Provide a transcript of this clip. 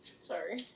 Sorry